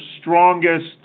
strongest